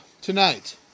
tonight